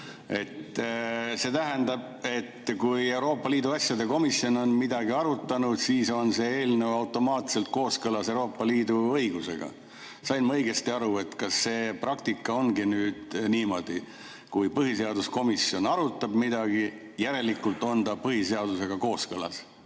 See tähendab, et kui Euroopa Liidu asjade komisjon on midagi arutanud, siis on see eelnõu automaatselt kooskõlas Euroopa Liidu õigusega. Sain ma õigesti aru? Kas see praktika ongi nüüd niimoodi, et kui põhiseaduskomisjon arutab midagi, siis järelikult on ta põhiseadusega kooskõlas